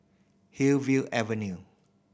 Hillview Avenue